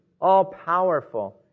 all-powerful